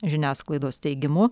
žiniasklaidos teigimu